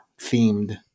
themed